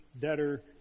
debtor